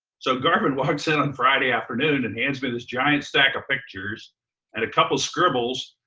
so garvin walks in on friday afternoon and hands me this giant stack of pictures and a couple of scribbles,